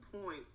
point